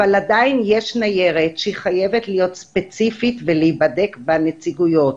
אבל עדיין יש ניירת שהיא חייבת להיות ספציפית ולהיבדק בנציגויות.